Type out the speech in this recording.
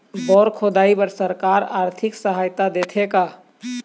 Bore खोदाई बर सरकार आरथिक सहायता देथे का?